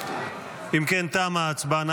אם כן, תמה ההצבעה.